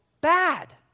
bad